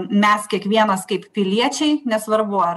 mes kiekvienas kaip piliečiai nesvarbu ar